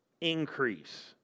increase